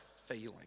failing